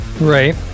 Right